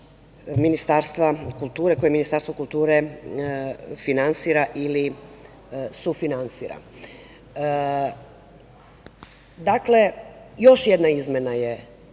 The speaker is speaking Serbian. koje Ministarstvo kulture finansira ili sufinansira. Dakle, još jedna izmena je